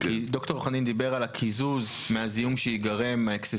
כי ד"ר חנין דיבר על הקיזוז מהזיהום האקססיבי